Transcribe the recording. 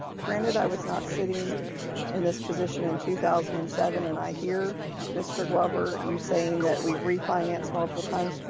granted i was not sitting in this position in two thousand and seven. and i hear mr. glover, you saying that we refinanced multiple times,